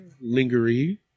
lingerie